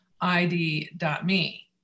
ID.me